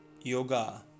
yoga